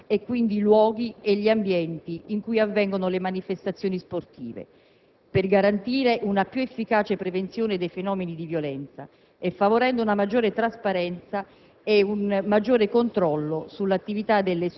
regolando in maniera più rigorosa gli impianti e quindi i luoghi e gli ambienti in cui avvengono le manifestazioni sportive, per garantire una più efficace prevenzione dei fenomeni di violenza, e favorendo una maggiore trasparenza